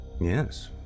Yes